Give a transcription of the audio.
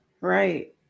right